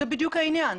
זה בדיוק העניין.